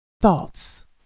thoughts